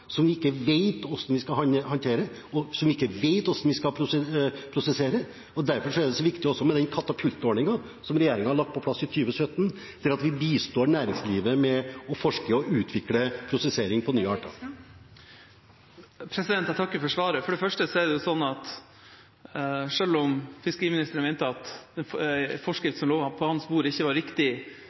som vi ikke vet hvordan vi skal håndtere, og som vi ikke vet hvordan vi skal prosessere. Derfor er også den Katapult-ordningen som regjeringen har fått på plass i 2017, så viktig, der vi bistår næringslivet med å forske og utvikle prosessering av nye arter. Jeg takker for svaret. For det første: Selv om fiskeriministeren mente at den forskriften som lå på hans bord, ikke var riktig